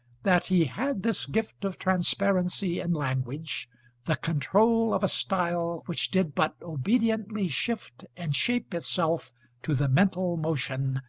that he had this gift of transparency in language the control of a style which did but obediently shift and shape itself to the mental motion,